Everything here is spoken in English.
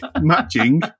matching